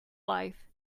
life